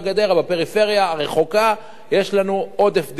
בפריפריה הרחוקה יש לנו עודף דירות,